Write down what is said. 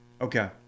Okay